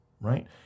right